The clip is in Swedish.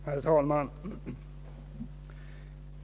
Herr talman!